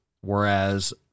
Whereas